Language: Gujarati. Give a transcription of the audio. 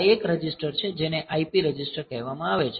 આ 1 રજિસ્ટર છે જેને IP રજિસ્ટર કહેવામાં આવે છે